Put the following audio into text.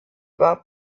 war